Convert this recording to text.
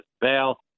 bail